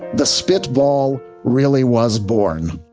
the spit ball really was born.